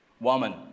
woman